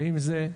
ועם זה,